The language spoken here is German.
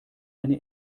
eine